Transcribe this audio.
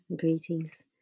greetings